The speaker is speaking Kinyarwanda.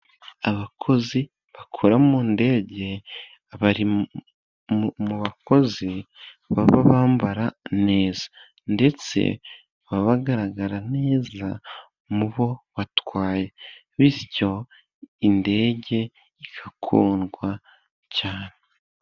Abakozi bakora mu ndege bari mu bakozi baba bambara neza, ndetse baba bagaragara neza mu bo batwaye, bityo indege igakundwa cyane.